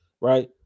right